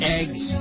eggs